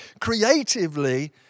creatively